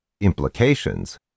Implications